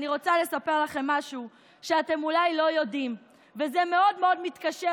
אני רוצה לספר לכם משהו שאתם אולי לא יודעים וזה מאוד מאוד מתקשר,